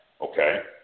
okay